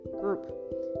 group